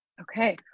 Okay